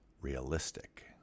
realistic